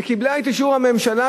היא קיבלה את אישור הממשלה,